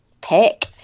pick